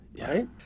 right